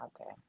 okay